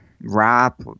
rap